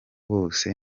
bose